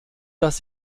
dass